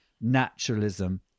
Naturalism